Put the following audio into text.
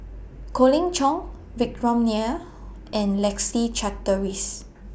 Colin Cheong Vikram Nair and Leslie Charteris